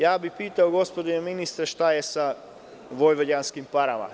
Pitao bih vas, gospodine ministre – šta je sa vojvođanskim parama?